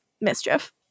mischief